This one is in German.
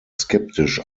skeptisch